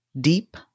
deep